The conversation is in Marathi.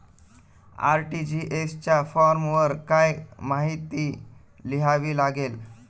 आर.टी.जी.एस च्या फॉर्मवर काय काय माहिती लिहावी लागते?